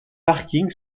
parking